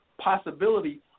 possibility